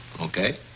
Okay